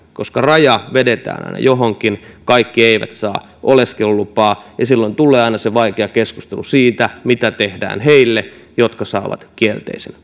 koska raja vedetään aina johonkin kaikki eivät saa oleskelulupaa ja silloin tulee aina se vaikea keskustelu siitä mitä tehdään heille jotka saavat kielteisen